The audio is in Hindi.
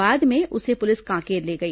बाद में उसे पुलिस कांकेर ले गई